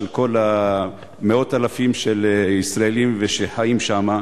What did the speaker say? של כל מאות האלפים של ישראלים שחיים שם.